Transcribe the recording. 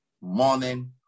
morning